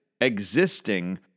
existing